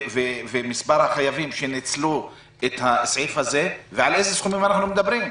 ומספר החייבים שניצלו את הסעיף הזה ועל איזה סכומים אנחנו מדברים.